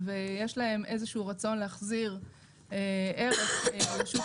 בנק נתן כסף למתווך אשראי שיכול לפעול גם בחסות החוק